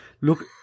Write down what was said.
Look